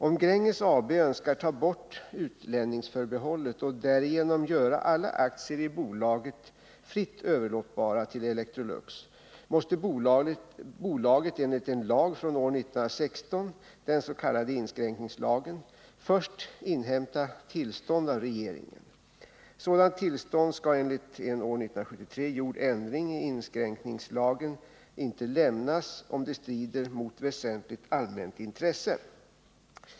Om Gränges AB önskar ta bort utlänningsförbehållet och därigenom göra alla aktierna i bolaget fritt överlåtbara till Electrolux, måste bolaget enligt en lag från år 1916, den s.k. inskränkningslagen, först inhämta tillstånd av regeringen. Sådant tillstånd skall enligt en år 1973 gjord ändring i inskränkningslagen inte lämnas, om det strider mot väsentligt allmänt intresse.